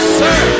sir